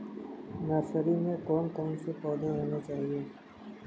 Nursery में कौन कौन से पौधे होने चाहिए?